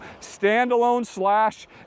standalone-slash